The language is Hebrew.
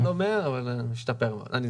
לא מאה אחוז, אבל אני מחלים.